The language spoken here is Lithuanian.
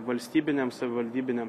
valstybiniam savivaldybiam